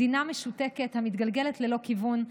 מדינה משותקת המתגלגלת ללא כיוון,